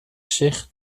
zich